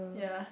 ya